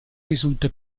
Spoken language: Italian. risulta